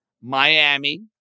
Miami